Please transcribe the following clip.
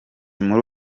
muri